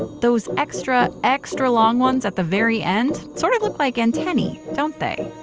those extra-extra long ones at the very end sort of look like antennae, don't they?